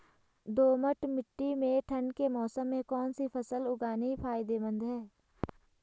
दोमट्ट मिट्टी में ठंड के मौसम में कौन सी फसल उगानी फायदेमंद है?